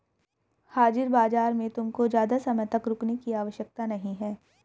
हाजिर बाजार में तुमको ज़्यादा समय तक रुकने की आवश्यकता नहीं है